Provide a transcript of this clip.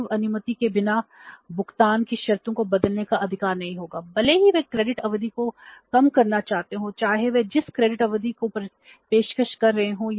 पूर्व समझौते के बिना भुगतान की शर्तों का विस्तार या परिवर्तन नहीं कोई पक्ष नहीं हो सकता है कि सप्लायर्स की पेशकश कर रहे हों